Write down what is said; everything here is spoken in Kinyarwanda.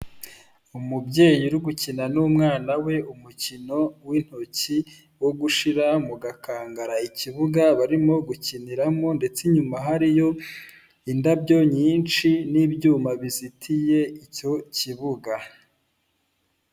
Umubyeyi uri gukina n'umwana we umukino w'intoki wo gushyira mu gukangara. Ikibuga barimo gukiniramo ndetse inyuma hariyo indabyo nyinshi n'ibyuma bizitiye icyo kibuga.